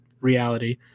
reality